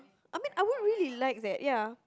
I mean I won't really like that ya